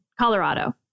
Colorado